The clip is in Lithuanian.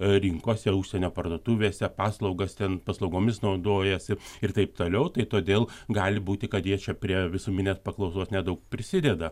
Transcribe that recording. rinkose užsienio parduotuvėse paslaugas ten paslaugomis naudojasi ir taip toliau tai todėl gali būti kad jie čia prie visuomeninės paklausos nedaug prisideda